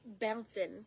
bouncing